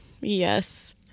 yes